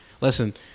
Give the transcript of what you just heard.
Listen